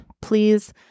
Please